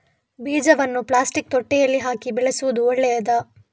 ಬೀಜವನ್ನು ಪ್ಲಾಸ್ಟಿಕ್ ತೊಟ್ಟೆಯಲ್ಲಿ ಹಾಕಿ ಬೆಳೆಸುವುದು ಒಳ್ಳೆಯದಾ?